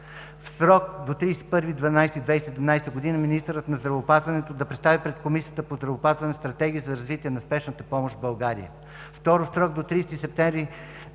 В срок до 31 декември 2017 г. министърът на здравеопазването да представи пред Комисията по здравеопазване Стратегия за развитие на спешната помощ в България. Второ, в срок до 30 септември